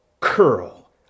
Curl